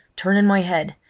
turning my head,